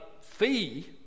fee